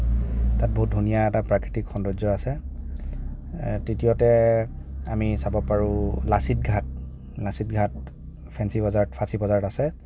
তাত বহুত ধুনীয়া এটা প্ৰাকৃতিক সৌন্দৰ্য্য আছে তৃতীয়তে আমি চাব পাৰোঁ লাচিত ঘাট লাচিত ঘাট ফেন্সি বজাৰত ফাচিবজাৰত আছে